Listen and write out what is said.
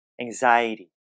anxiety